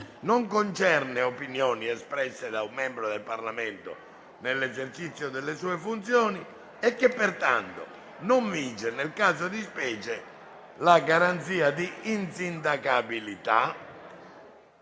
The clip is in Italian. non concerne opinioni espresse da un membro del Parlamento nell'esercizio delle sue funzioni e che, pertanto, non vige nel caso di specie la garanzia costituzionale di insindacabilità